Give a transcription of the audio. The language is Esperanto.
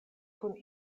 kun